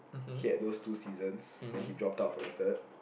he had those two seasons then he dropped out for the third